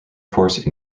force